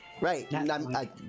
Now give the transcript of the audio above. Right